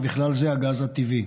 ובכלל זה הגז הטבעי.